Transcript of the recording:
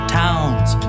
town's